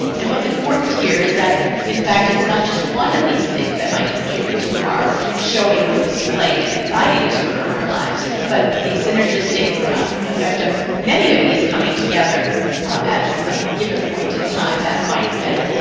and what's important here is that in fact it's not just one of these things that might contribute to our showing or displaying an anxiety disorder in our lives, but the synergistic effect of many of these coming together at a ah given point in time that might then